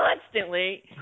constantly